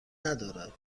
ندارد